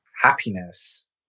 happiness